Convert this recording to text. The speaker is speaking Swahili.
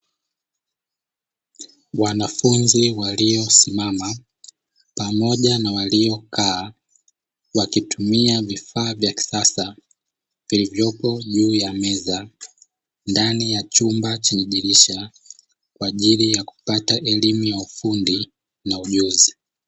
Wanafunzi waliosimama pamoja na waliokaa, wakitumia vifaa vya kisasa vilivyopo juu ya meza ndani ya chumba chenye dirisha, kwa ajili ya kupata elimu ya ufundi na ujuzi.